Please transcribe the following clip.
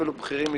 בכירים מדודי,